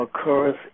occurs